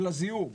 של הזיהום?